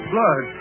Blood